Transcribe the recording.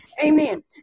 amen